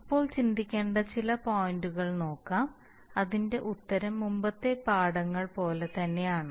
ഇപ്പോൾ ചിന്തിക്കേണ്ട ചില പോയിന്റുകൾ നോക്കാം അതിൻറെ ഉത്തരം മുമ്പത്തെ പാഠങ്ങൾ പോലെ തന്നെയാണ്